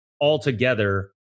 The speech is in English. altogether